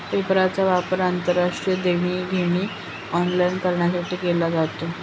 पेपालचा वापर आंतरराष्ट्रीय देणी घेणी ऑनलाइन करण्यासाठी केला जातो